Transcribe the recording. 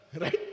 right